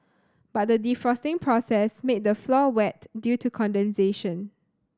but the defrosting process made the floor wet due to condensation